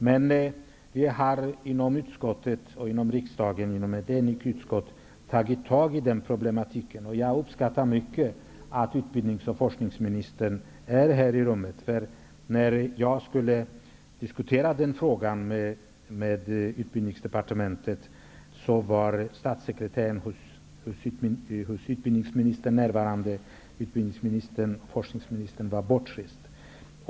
Men i ett enigt utskott och i riksdagen har vi tagit tag i denna problematik. Jag uppskattar mycket att utbildningsministern, forskningsministern, är i kammaren. Det var nämligen så, att när jag skulle diskutera denna fråga med Utbildningsdepartementet var utbildningsministerns statssekreterare endast närvarande, utbildningsministern var bortrest.